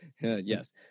Yes